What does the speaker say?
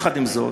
עם זאת,